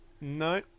No